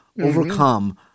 overcome